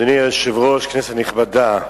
אדוני היושב-ראש, כנסת נכבדה,